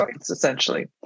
essentially